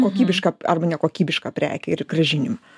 kokybišką arba nekokybišką prekę ir grąžinimą